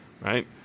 right